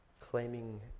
claiming